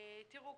תראו,